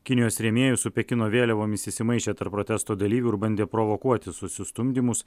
kinijos rėmėjų su pekino vėliavomis įsimaišė tarp protesto dalyvių ir bandė provokuoti susistumdymus